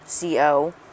CO